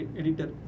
editor